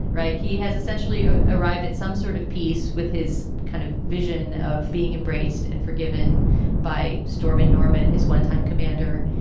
right. he has essentially arrived at some sort of peace with his kind of vision of being embraced and forgiven by storeman norman, his onetime commander.